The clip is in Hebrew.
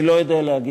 אני לא יודע להגיד,